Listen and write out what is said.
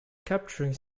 capturing